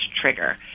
trigger